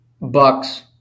Bucks